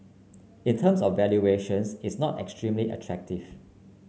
in terms of valuations it's not extremely attractive